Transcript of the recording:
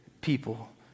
people